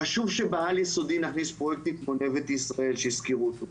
חשוב שבעל-יסודי נכניס את --- שהזכירו אותו פה,